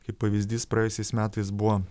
kaip pavyzdys praėjusiais metais buvo